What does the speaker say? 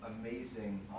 amazing